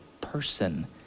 person